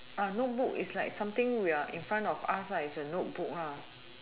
notebook it's like something in front of us lah it's like notebook